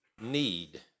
need